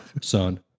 son